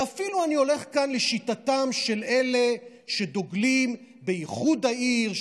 ואפילו אני הולך כאן לשיטתם של אלה שדוגלים באיחוד העיר,